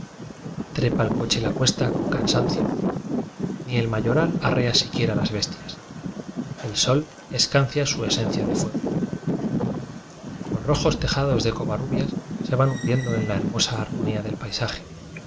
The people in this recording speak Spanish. el coche la cuesta con cansan cio ni el mayoral arrea siquiera las bes tias el sol escancia su esencia de fuego los rojos tejados de covarrubias se van hundiendo en la hermosa harmonía del pai